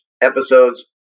episodes